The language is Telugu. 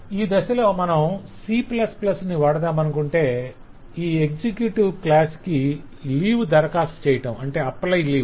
ఈ దశలో మనం C ను వాడుదామనుకొంటే ఈ ఎగ్జిక్యూటివ్ క్లాస్ కి లీవ్ దరకాస్తు చేయటం 'apply leave'